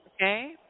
okay